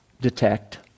detect